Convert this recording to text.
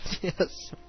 Yes